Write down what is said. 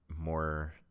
more